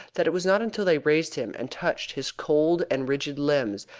that it was not until they raised him, and touched his cold and rigid limbs,